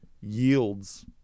yields